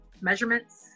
measurements